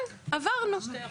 כן, עברנו.